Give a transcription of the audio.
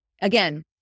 Again